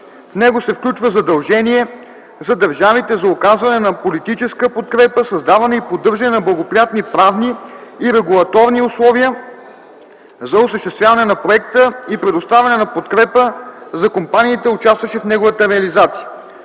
В него се включва задължение за държавите за оказване на политическа подкрепа, създаване и поддържане на благоприятни правни и регулаторни условия за осъществяване на проекта и предоставяне на подкрепа за компаниите, участващи в неговата реализация.